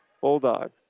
Bulldogs